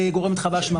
במשפחה.